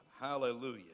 Hallelujah